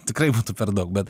tikrai būtų per daug bet